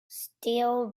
stale